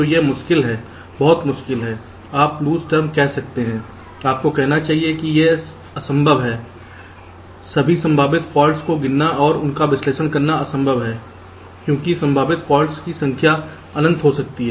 तो यह मुश्किल है बहुत मुश्किल है आप लूज़ टर्म कह सकते हैं आपको कहना चाहिए कि यह असंभव है सभी संभावित फॉल्ट्स को गिनना और उनका विश्लेषण करना असंभव है क्योंकि संभावित फॉल्ट्स की संख्या अनंत हो सकती है